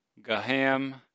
Gaham